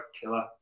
killer